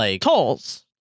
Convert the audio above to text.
tolls